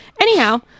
Anyhow